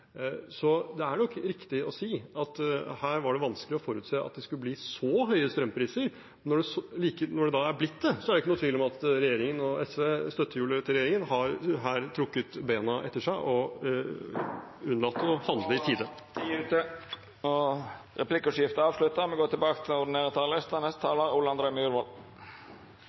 Det er nok riktig å si at her var det vanskelig å forutse at det skulle bli så høye strømpriser. Når det nå har blitt det, er det ikke noen tvil om at regjeringen og SV, støttehjulet til regjeringen, her har trukket bena etter seg og unnlatt å handle i tide. Replikkordskiftet er omme. Det budsjettforslaget vi debatterer i dag, er et kraftig budsjett for utvikling av Norge og